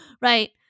right